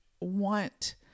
want